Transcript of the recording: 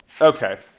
Okay